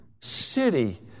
city